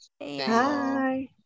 Hi